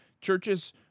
Churches